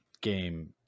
game